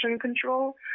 control